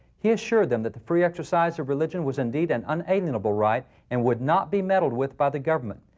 he assured them that the free exercise of religion was indeed an unalienable right and would not be meddled with by the government.